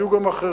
היו גם אחרים,